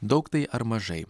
daug tai ar mažai